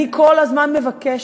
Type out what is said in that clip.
אני כל הזמן מבקשת: